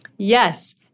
Yes